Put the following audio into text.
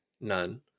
None